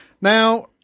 Now